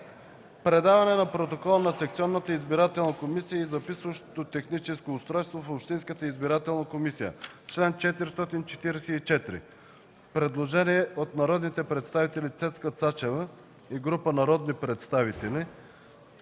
„Предаване на протокола на секционната избирателна комисия и записващото техническо устройство в общинската избирателна комисия”. Предложение от народните представители Цецка Цачева и група народни представители.